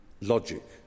Logic